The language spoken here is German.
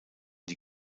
die